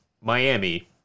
Miami